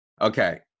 Okay